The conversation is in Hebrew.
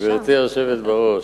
היושבת בראש,